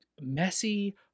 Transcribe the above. messy